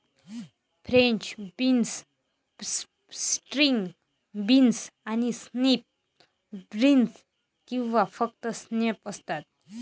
French beans, string beans आणि snap beans किंवा फक्त स्नॅप्स असतात